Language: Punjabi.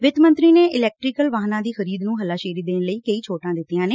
ਵਿੱਤ ਮੰਤਰੀ ਨੇ ਇਲੈਕਟਰਾਨਿਕ ਵਾਹਨਾਂ ਦੀ ਖਰੀਦ ਨੂੰ ਹੱਸਾਸ਼ੇਰੀ ਦੇਣ ਲਈ ਕਈ ਛੋਟਾਂ ਦਿੱਤੀਆਂ ਨੇ